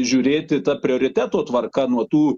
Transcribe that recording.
žiūrėti ta prioriteto tvarka nuo tų